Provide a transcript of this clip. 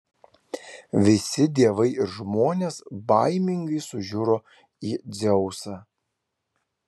visi dievai ir žmonės baimingai sužiuro į dzeusą